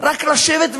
רק לשבת,